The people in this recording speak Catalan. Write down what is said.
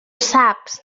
saps